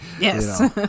yes